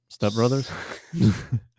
stepbrothers